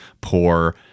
poor